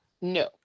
No